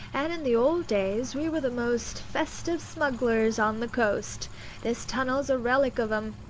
and in the old days we were the most festive smugglers on the coast this tunnel's a relic of em,